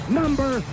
number